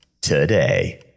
today